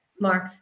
Mark